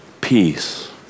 peace